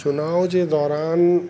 चुनाव जे दौरान